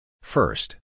First